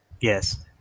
Yes